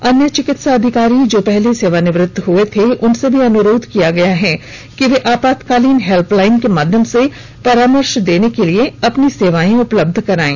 अन्य चिकित्सा अधिकारी जो पहले सेवानिवृत्त हुए थे उनसे भी अनुरोध किया गया है कि वे आपातकालीन हेल्प लाइन के माध्यम से परामर्श देने के लिए अपनी सेवाएं उपलब्ध कराएं